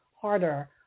harder